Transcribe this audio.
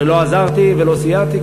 שלא עזרתי ולא סייעתי,